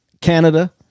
Canada